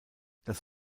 das